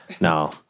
No